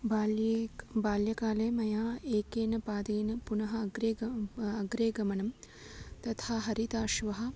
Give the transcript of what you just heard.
बाल्ये क् बाल्यकाले मया एकेन पादेन पुनः अग्रे गमनम् अग्रे गमनं तथा हरिताश्वः